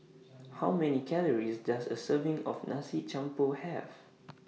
How Many Calories Does A Serving of Nasi Campur Have